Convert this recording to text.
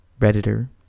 Redditor